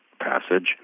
passage